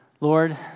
Lord